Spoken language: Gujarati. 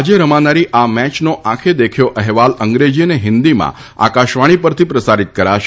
આજે રમાનારી આ મેચનો આંખે દેખ્યો અહેવાલ અંગ્રેજી અને હિન્દીમાં આકાશવાણી પરથી પ્રસારિત કરાશે